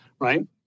right